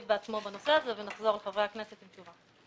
בעצמו בנושא הזה ונחזור אל חברי הכנסת עם תשובה.